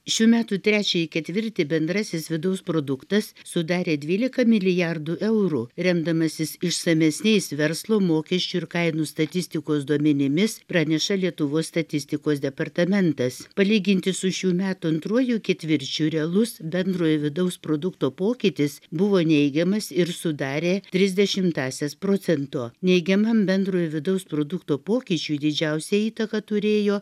šių metų trečiąjį ketvirtį bendrasis vidaus produktas sudarė dvylika milijardų eurų remdamasis išsamesniais verslo mokesčių ir kainų statistikos duomenimis praneša lietuvos statistikos departamentas palyginti su šių metų antruoju ketvirčiu realus bendrojo vidaus produkto pokytis buvo neigiamas ir sudarė tris dešimtąsias procento neigiamam bendrojo vidaus produkto pokyčiui didžiausią įtaką turėjo